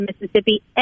Mississippi